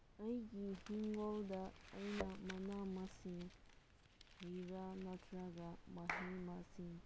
ꯅꯣꯏꯒꯤ ꯍꯤꯡꯒꯣꯜꯗ ꯑꯩꯅ ꯃꯅꯥ ꯃꯁꯤꯡ ꯍꯩ ꯔꯥ ꯅꯠꯇꯔꯒ ꯃꯍꯩ ꯃꯁꯤꯡ